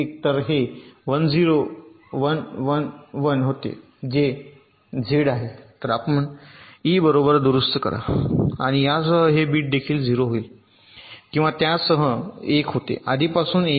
तर ते 1 0 1 1 1 होते जे झेड आहे तर आपण ई बरोबर दुरुस्त करा आणि यासह हे बिट देखील 0 होईल किंवा त्या त्यासह 1 होते आधीपासूनच 1 आहे